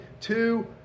two